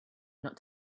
not